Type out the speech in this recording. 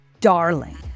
darling